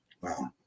Wow